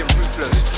ruthless